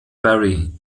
barry